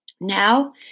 Now